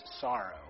sorrow